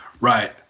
Right